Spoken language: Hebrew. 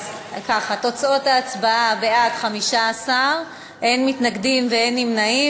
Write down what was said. תוצאות ההצבעה: בעד, 15, אין מתנגדים ואין נמנעים.